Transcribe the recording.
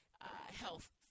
health